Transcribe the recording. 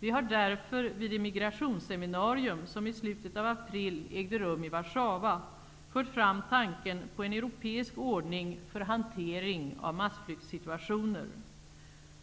Vi har därför vid det migrationsseminarium som i slutet av april ägde rum i Warszawa fört fram tanken på en europeisk ordning för hantering av massflyktssituationer.